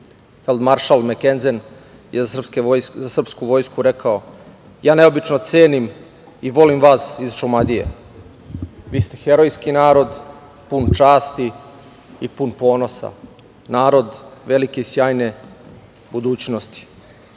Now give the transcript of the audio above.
Maršal Mekenzen je za srpsku vojsku rekao – ja neobično cenim i volim vas iz Šumadije, vi ste herojski narod pun časti i pun ponosa, narod velike i sjajne budućnosti. Ovo